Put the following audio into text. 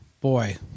boy